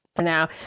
Now